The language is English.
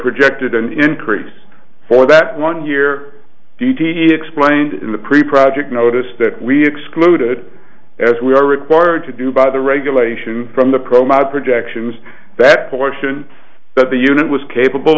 projected an increase for that one year explained in the pre project notice that we excluded as we are required to do by the regulation from the promo projections that portion that the unit was capable